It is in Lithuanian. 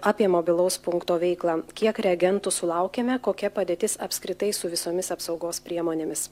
apie mobilaus punkto veiklą kiek reagentų sulaukiame kokia padėtis apskritai su visomis apsaugos priemonėmis